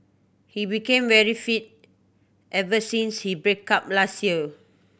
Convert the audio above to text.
he became very fit ever since he break up last year